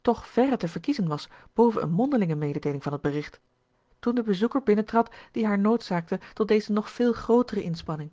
toch verre te verkiezen was boven eene mondelinge mededeeling van het bericht toen de bezoeker binnentrad die haar noodzaakte tot deze nog veel grootere inspanning